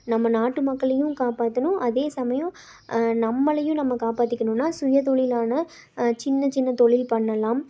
நம்ம நாட்டு மக்களையும் காப்பாற்றணும் அதே சமயம் நம்மளையும் நம்ம காப்பாற்றிக்கணும்னா சுய தொழிலான சின்ன சின்ன தொழில் பண்ணலாம்